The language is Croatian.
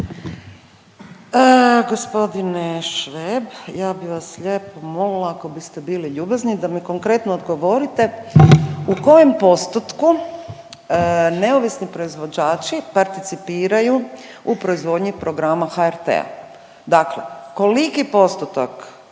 Gospodine Šveb ja bi vas lijepo molila ako biste bili ljubazni, da mi konkretno odgovorite u kojem postotku neovisni proizvođači participiraju u proizvodnji programa HRT-a. Dakle koliki postotak